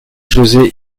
josé